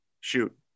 shoot